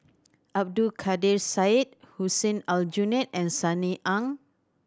Abdul Kadir Syed Hussein Aljunied and Sunny Ang